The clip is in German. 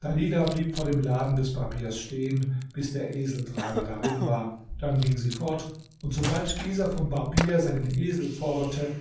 dalilah blieb vor dem laden des barbiers stehen bis der eseltreiber darin war dann ging sie fort und sobald dieser vom barbier seinen esel forderte